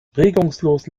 regungslos